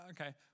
okay